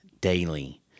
daily